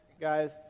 guys